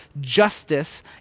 justice